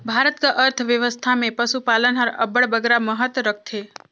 भारत कर अर्थबेवस्था में पसुपालन हर अब्बड़ बगरा महत रखथे